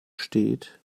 steht